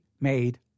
made